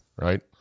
right